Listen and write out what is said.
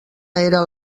era